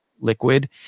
liquid